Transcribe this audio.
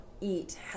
eat